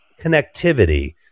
connectivity